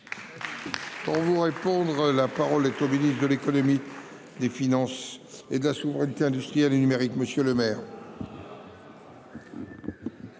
Pour vous répondre. La parole est au ministre de l'économie. Des finances et de la souveraineté industrielle et numérique monsieur Lemaire.